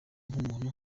nk’umuntu